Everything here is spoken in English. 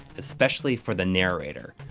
especially for the narrator.